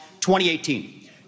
2018